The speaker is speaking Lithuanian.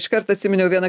iškart atsiminiau vieną